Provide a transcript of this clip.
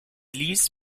ließ